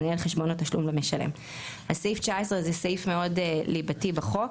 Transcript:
למנהל חשבון התשלום למשלם."; סעיף 19 זה סעיף מאוד ליבתי בחוק,